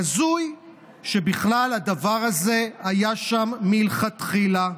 הזוי שבכלל הדבר הזה היה שם מלכתחילה.